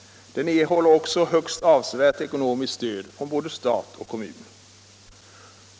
Den erhåller också högst avsevärt ekonomiskt stöd från både stat och kommun.